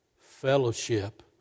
fellowship